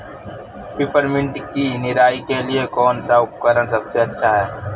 Peppermint की निराई के लिए कौन सा उपकरण सबसे अच्छा है?